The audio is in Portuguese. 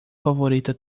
favorita